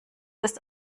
des